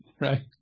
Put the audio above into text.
right